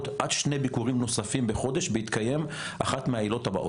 עד שני ביקורים נוספים בחודש בהתקיים אחת מהעילות הבאות: